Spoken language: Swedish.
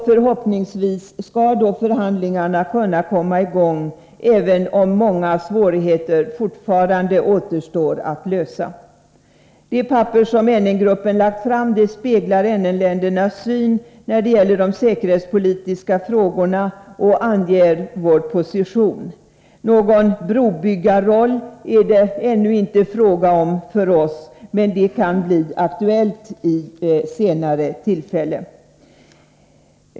Förhoppningsvis skall då förhandlingarna kunna komma i gång, även om många svårigheter fortfarande återstår att lösa. Det dokument som NN-gruppen lagt fram speglar NN-ländernas syn när det gäller de säkerhetspolitiska frågorna och anger deras position. Någon brobyggarroll för vår del är det ännu inte fråga om, men detta kan bli aktuellt senare.